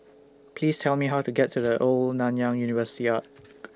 Please Tell Me How to get to The Old Nanyang University Arch